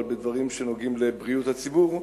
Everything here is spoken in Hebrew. אבל בדברים שנוגעים לבריאות הציבור,